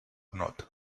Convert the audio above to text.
not